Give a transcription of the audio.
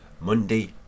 Monday